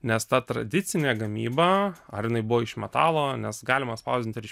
nes ta tradicinė gamyba ar jinai buvo iš metalo nes galima spausdint ir iš